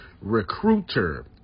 recruiter